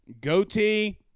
goatee